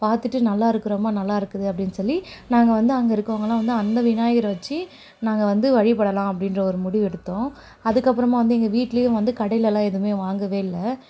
பார்த்துட்டு நல்லாயிருக்கு ரொம்ப நல்லாயிருக்குது அப்படின்னு சொல்லி நாங்கள் வந்து அங்கே இருக்கறவங்கலாம் வந்து அந்த விநாயகரை வச்சு நாங்கள் வந்து வழிபடலாம்ன்னு அப்படின்ற ஒரு முடிவு எடுத்தோம் அதுக்கப்புறமா வந்து இங்கே வீட்டுலேயே வந்து கடையிலெலாம் எதுவுமே வாங்கவே இல்லை